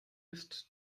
ist